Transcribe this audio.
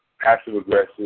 passive-aggressive